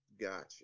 Gotcha